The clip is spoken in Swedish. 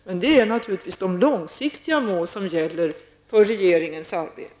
Men detta är naturligtvis de långsiktiga mål som gäller för regeringens arbete.